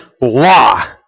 law